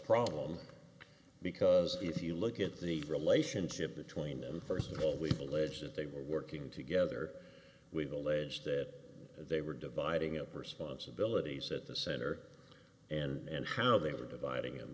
problem because if you look at the relationship between them first of all we be legit they were working together we've alleged that they were dividing up responsibilities at the center and how they were dividing